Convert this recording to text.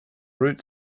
root